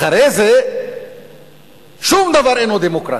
אחרי זה שום דבר אינו דמוקרטי.